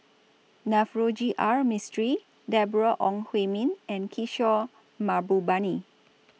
Navroji R Mistri Deborah Ong Hui Min and Kishore Mahbubani